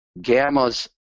Gammas